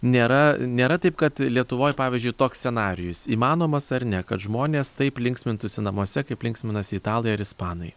nėra nėra taip kad lietuvoj pavyzdžiui toks scenarijus įmanomas ar ne kad žmonės taip linksmintųsi namuose kaip linksminasi italai ar ispanai